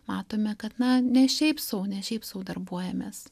matome kad na ne šiaip sau ne šiaip sau darbuojamės